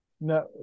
No